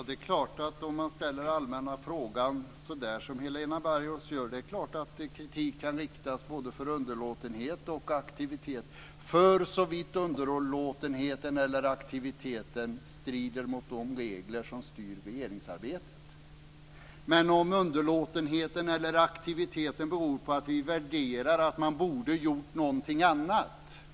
Fru talman! Det är klart att kritik kan riktas både för underlåtenhet och aktivitet såvitt underlåtenheten eller aktiviteten strider mot de regler som styr regeringsarbetet. Men det är någonting annat om kritik riktas mot underlåtenheten eller aktiviteten därför att vi anser att man borde gjort någonting annat.